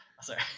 Sorry